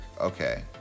Okay